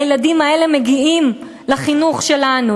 הילדים האלה מגיעים לחינוך שלנו,